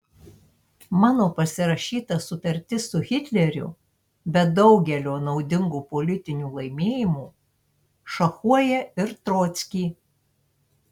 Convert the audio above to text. mano pasirašyta sutartis su hitleriu be daugelio naudingų politinių laimėjimų šachuoja ir trockį